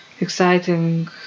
exciting